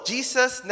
Jesus